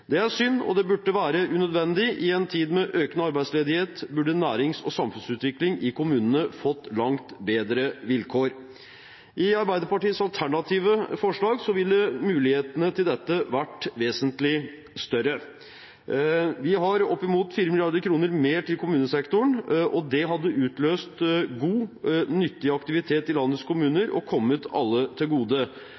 Det er synd, og det burde være unødvendig. I en tid med økende arbeidsledighet burde nærings- og samfunnsutvikling i kommunene fått langt bedre vilkår. I Arbeiderpartiets alternative forslag ville mulighetene til dette vært vesentlig større. Vi har opp mot 4 mrd. kr mer til kommunesektoren, og det hadde utløst god, nyttig aktivitet i landets kommuner og kommet alle til gode.